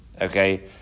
okay